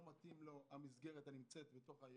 מתאימה לו המסגרת הנמצאת בתוך העיר,